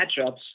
matchups